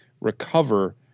recover